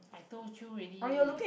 I told you already